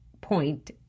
point